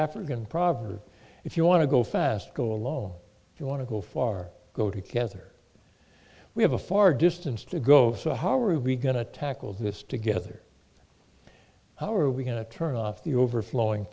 proverb if you want to go fast go alone if you want to go far go together we have a far distance to go so how are we going to tackle this together how are we going to turn off the overflowing